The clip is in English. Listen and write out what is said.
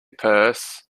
purse